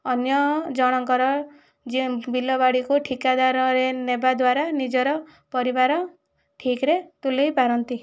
ଅନ୍ୟ ଜଣଙ୍କର ଯିଏ ବିଲ ବାଡ଼ିକୁ ଠିକାଦାରରେ ନେବା ଦ୍ଵାରା ନିଜର ପରିବାର ଠିକରେ ତୁଲେଇ ପାରନ୍ତି